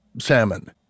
salmon